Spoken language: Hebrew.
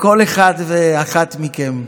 לכל אחד ואחת מכם.